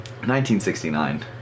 1969